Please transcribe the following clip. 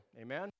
Amen